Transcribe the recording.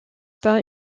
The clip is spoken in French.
pas